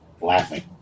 laughing